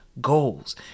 goals